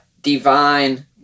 divine